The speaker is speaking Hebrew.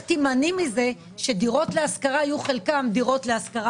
תימנעי מזה שדירות להשכרה יהיו חלקן דירות להשכרה